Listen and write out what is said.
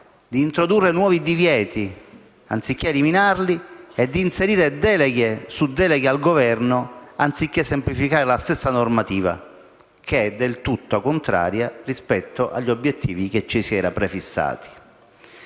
introdurre nuovi limiti e divieti anziché eliminarli e inserire deleghe su deleghe al Governo anziché semplificare la normativa, è del tutto contraria agli obiettivi che ci si era prefissati.